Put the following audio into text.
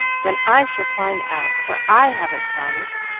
then i shall find out, for i haven't promised.